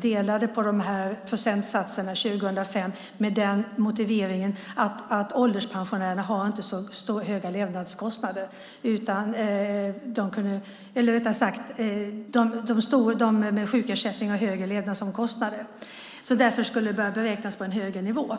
delade på procentsatserna 2005, med motiveringen att ålderspensionärerna inte har så höga levnadsomkostnader, eller rättare sagt att de med sjukersättning har högre levnadsomkostnader och därför skulle behöva beräknas på en högre nivå.